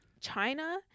China